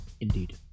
Indeed